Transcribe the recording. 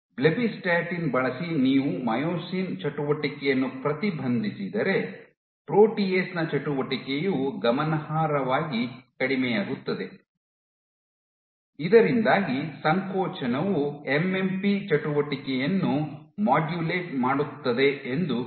blebbistatin ಬಳಸಿ ನೀವು myosin ಚಟುವಟಿಕೆಯನ್ನು ಪ್ರತಿಬಂಧಿಸಿದರೆ ಪ್ರೋಟಿಯೇಸ್ ನ ಚಟುವಟಿಕೆಯು ಗಮನಾರ್ಹವಾಗಿ ಕಡಿಮೆಯಾಗುತ್ತದೆ ಇದರಿಂದಾಗಿ ಸಂಕೋಚನವು ಎಂಎಂಪಿ ಚಟುವಟಿಕೆಯನ್ನು ಮಾಡ್ಯುಲೇಟ್ ಮಾಡುತ್ತದೆ ಎಂದು ಸೂಚಿಸುತ್ತದೆ